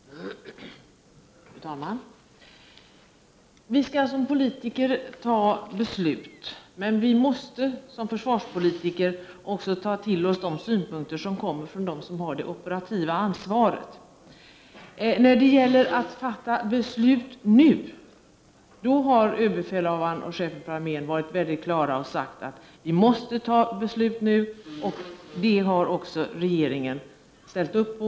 Fru talman! Vi skall som politiker fatta beslut, men vi måste som försvarspolitiker också ta till oss synpunkter som kommer från dem som har det operativa ansvaret. När det gäller att fatta beslut nu har överbefälhavaren och chefen för armén varit mycket klara och sagt att vi måste fatta beslut nu. Det har också regeringen ställt upp på.